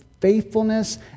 faithfulness